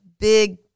Big